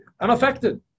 unaffected